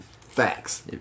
Facts